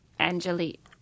Angelique